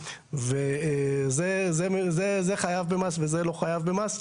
זה חייב במס וזה לא חייב במס.